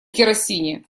керосине